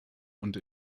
und